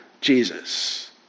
Jesus